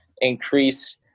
increase